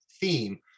theme